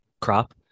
crop